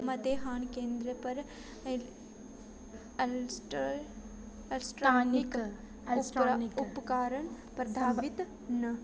मतेहान केंद्र पर ऐलस्ट्रानिक उपकरण प्रधाबित न